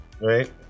Right